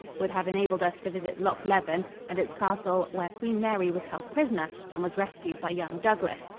would have enabled us to visit loch leven and its castle, where queen mary was held prisoner and was rescued by young douglas,